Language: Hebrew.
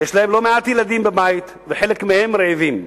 יש להם לא מעט ילדים בבית, וחלק מהם רעבים.